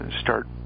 start